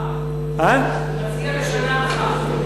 הוא מציע לשנה אחת.